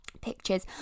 pictures